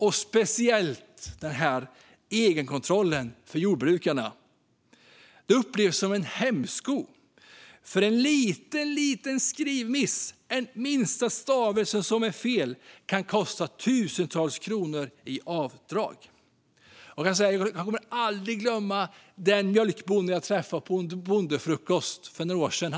Och speciellt egenkontrollen för jordbrukarna upplevs som en hämsko. En liten, liten skrivmiss - en minsta stavelse som är fel - kan kosta tusentals kronor i avdrag. Jag kommer aldrig att glömma den mjölkbonde som jag träffade på en bondefrukost för några år sedan.